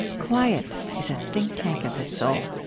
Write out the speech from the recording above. quiet is a think tank of the soul.